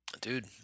Dude